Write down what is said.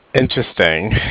interesting